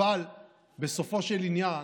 אבל בסופו של עניין